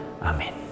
Amen